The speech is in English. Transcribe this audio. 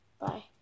bye